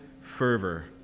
fervor